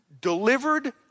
delivered